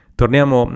torniamo